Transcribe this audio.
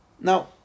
Now